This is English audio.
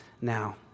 now